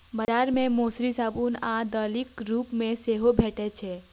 बाजार मे मौसरी साबूत आ दालिक रूप मे सेहो भैटे छै